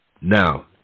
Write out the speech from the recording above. Now